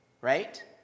right